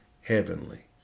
heavenly